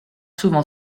souvent